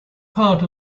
part